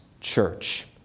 church